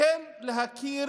כן להכיר